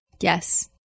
Yes